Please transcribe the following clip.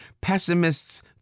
Pessimists